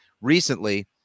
Recently